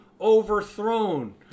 overthrown